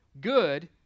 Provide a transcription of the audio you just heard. good